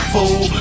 Fool